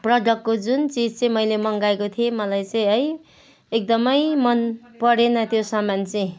प्रडक्टको जुन चिज चाहिँ मैले मगाएको थिएँ मलाई चाहिँ है एकदमै मन परेन त्यो सामान चाहिँ